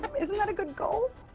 isn't that a good goal?